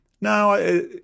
No